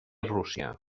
rússia